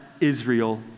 Israel